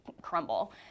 crumble